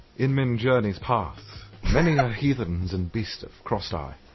in myn iorney's paths, many a heathens and beests sort of crossed i.